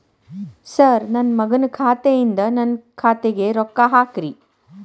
sir ನನ್ನ ಮಗನ ಖಾತೆ ಯಿಂದ ನನ್ನ ಖಾತೆಗ ರೊಕ್ಕಾ ಹಾಕ್ರಿ